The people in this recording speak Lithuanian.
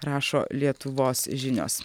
rašo lietuvos žinios